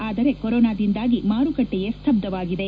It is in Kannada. ಆದರೆ ಕೊರೋನಾದಿಂದಾಗಿ ಮಾರುಕಟ್ಟೆಯೇ ಸ್ಥಬ್ದವಾಗಿದೆ